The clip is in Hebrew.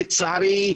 לצערי,